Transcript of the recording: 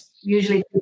usually